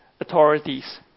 authorities